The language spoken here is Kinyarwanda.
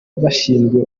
bashinzwe